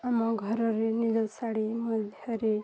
ଆମ ଘରରେ ନିଜ ଶାଢ଼ୀ ମଧ୍ୟରେ